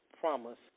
promise